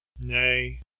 nay